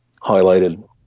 highlighted